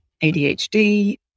ADHD